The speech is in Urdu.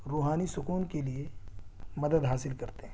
روحانی سکون کے لیے مدد حاصل کرتے ہیں